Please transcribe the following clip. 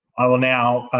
i will now